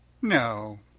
no!